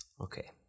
Okay